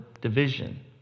division